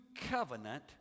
covenant